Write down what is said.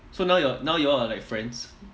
so now so now you all you all are like friends